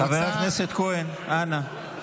חבר הכנסת כהן, אנא.